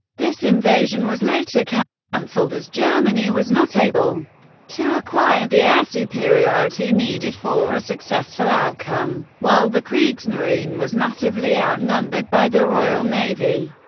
this invasion was later cancelled as germany was not able to acquire the air superiority needed for a successful outcome, while the kriegsmarine was massively outnumbered by the royal navy.